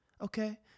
okay